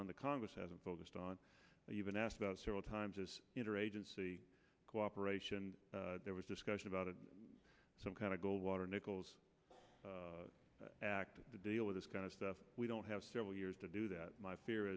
on the congress hasn't focused on even asked about several times as interagency cooperation there was discussion about it some kind of goldwater nichols act to deal with this kind of stuff we don't have several years to do that my fear